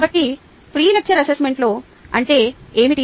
కాబట్టి pre lecture అసెస్మెంట్లో అంటే ఏమిటి